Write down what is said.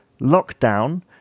Lockdown